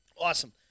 Awesome